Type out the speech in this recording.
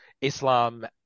Islam